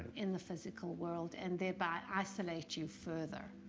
in the physical world and thereby isolate you further,